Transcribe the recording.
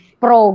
pro